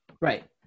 Right